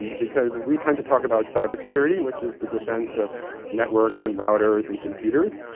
because we tend to talk about cyber security, which is the defense of networks and routers and computers,